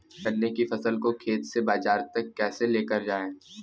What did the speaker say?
गन्ने की फसल को खेत से बाजार तक कैसे लेकर जाएँ?